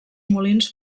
molins